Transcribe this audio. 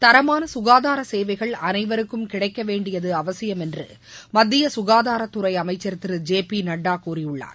தரமான சுகாதார சேவைகள் அனைவருக்கும் கிடைக்க வேண்டியது அவசியம் என்று மத்திய சுகாதாரத்துறை அமைச்சர் திரு ஜெ பி நட்டா கூறியுள்ளார்